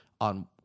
on